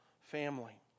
family